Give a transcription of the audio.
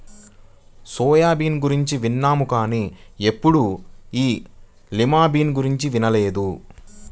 soya bean గురించి విన్నాం కానీ ఎప్పుడూ ఈ లిమా బీన్స్ గురించి వినలేదు